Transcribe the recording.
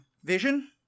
Vision